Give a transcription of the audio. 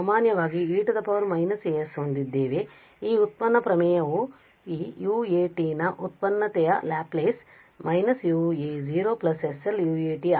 ಆದ್ದರಿಂದ ಈ ವ್ಯುತ್ಪನ್ನ ಪ್ರಮೇಯವು ಈ ua ನ ವ್ಯುತ್ಪನ್ನತೆಯ ಲ್ಯಾಪ್ಲೇಸ್ −ua sLua